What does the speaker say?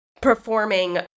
performing